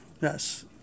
Yes